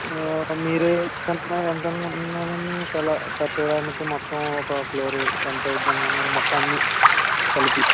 మీరు ఎంత అనుకుంటున్నారు అండి ఒకవేళ కట్టడానికి మొత్తం ఒక ఫ్లోర్ ఎంత అవ్వుద్ది అనుకుంటున్నారు మొత్తం అన్ని కలిపి